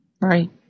Right